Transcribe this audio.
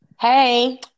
Hey